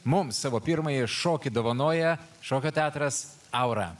mums savo pirmąjį šokį dovanoja šokio teatras aura